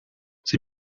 sie